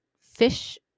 fish